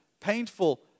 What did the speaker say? painful